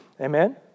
Amen